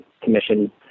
commission